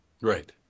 Right